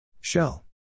Shell